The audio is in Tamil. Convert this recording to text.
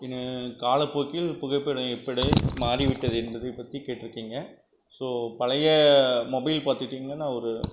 இனி காலப்போக்கில் புகைப்படம் எப்படி மாறிவிட்டது என்பதைப் பற்றி கேட்டுருக்கீங்க ஸோ பழைய மொபைல் பார்த்துட்டிங்கனா ஒரு